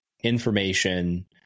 information